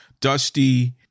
Dusty